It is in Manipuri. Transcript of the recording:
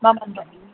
ꯃꯃꯟꯗꯣ